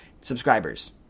subscribers